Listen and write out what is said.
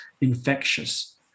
infectious